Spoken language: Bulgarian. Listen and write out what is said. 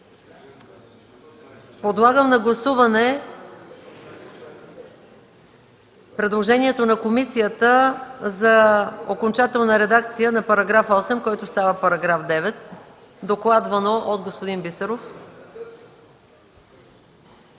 Подлагам на гласуване предложението на комисията за окончателна редакция на § 8, който става § 9, докладвано от господин Бисеров.